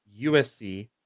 USC